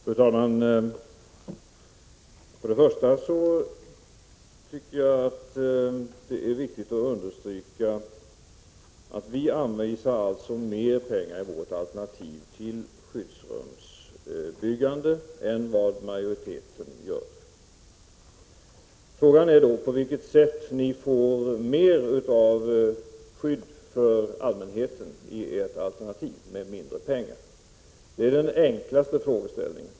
Fru talman! Till att börja med tycker jag att det är riktigt att understryka att vi anvisar mer pengar till vårt alternativ för skyddsrumsbyggande än vad majoriteten gör. Frågan är då på vilket sätt ni får mer av skydd för allmänheten i era alternativ med mindre pengar. Det är den enklaste frågeställningen.